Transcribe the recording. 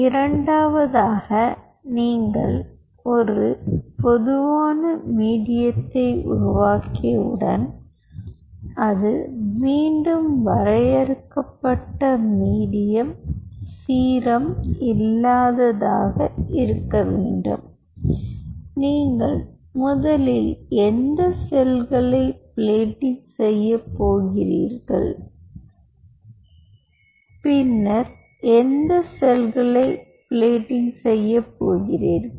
இரண்டாவதாக நீங்கள் ஒரு பொதுவான மீடியத்தை உருவாக்கியவுடன் அது மீண்டும் வரையறுக்கப்பட்ட மீடியம் சீரம் இல்லாததாக இருக்க வேண்டும் நீங்கள் முதலில் எந்த செல்களை பிளேட்டிங் செய்ய போகிறீர்கள் பின்னர் எந்த செல்களை பிளேட்டிங் செய்ய போகிறீர்கள்